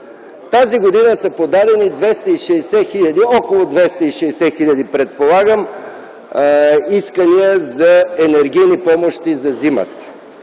Тази година са подадени около 260 хиляди, предполагам, искания за енергийни помощи за зимата.